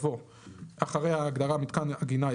אחרי ההגדרה "מיתקן עגינה"